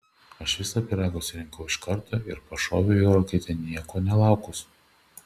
aš visą pyragą surinkau iš karto ir pašoviau į orkaitę nieko nelaukus